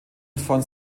von